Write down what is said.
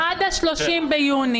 אנחנו באים להיטיב.